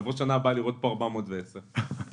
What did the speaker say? נבוא בשנה הבאה לראות פה 410. הלוואי.